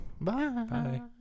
Bye